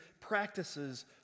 practices